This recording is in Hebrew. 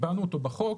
קיבענו אותו בחוק,